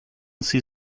sie